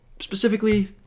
specifically